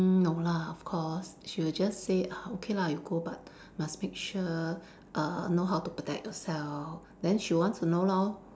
mm no lah of course she will just say uh okay lah you go but must make sure err know how to protect yourself then she wants to know lor